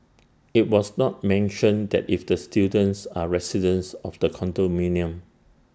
IT was not mentioned that if the students are residents of the condominium